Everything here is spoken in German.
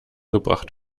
gebracht